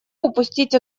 упустить